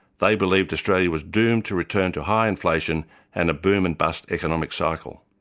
they believed australia was doomed to return to high inflation and a boom-and-bust economic cycle.